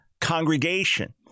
congregation